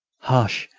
hush!